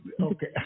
Okay